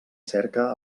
cerca